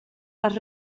les